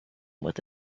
with